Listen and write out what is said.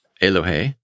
Elohe